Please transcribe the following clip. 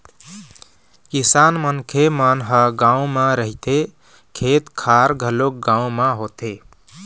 किसान मनखे मन ह गाँव म रहिथे, खेत खार घलोक गाँव म होथे